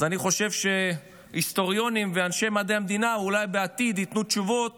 אז אני חושב שהיסטוריונים ואנשי מדעי המדינה אולי בעתיד ייתנו תשובות